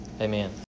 Amen